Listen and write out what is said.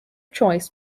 choice